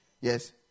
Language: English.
Yes